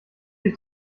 ich